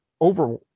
over